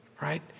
Right